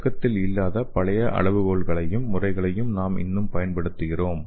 பழக்கத்தில் இல்லாத பழைய அளவுகோல்களையும் முறைகளையும் நாம் இன்னும் பயன்படுத்துகிறோம்